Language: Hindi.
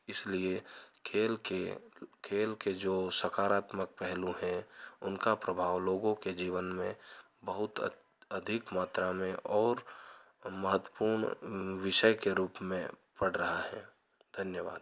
इसलिए खेल के खेल के जो सकारात्मक पहलू है उनका प्रभाव लोगों के जीवन में बहुत अत अधिक मात्र में और महत्वपूर्ण विषय के रूप में पड़ रहा है धन्यवाद